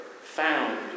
found